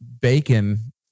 bacon